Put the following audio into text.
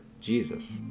Jesus